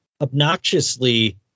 Obnoxiously